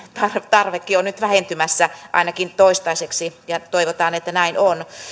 tarvekin on nyt vähentymässä ainakin toistaiseksi ja toivotaan että näin on